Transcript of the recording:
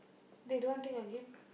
then you don't want take the game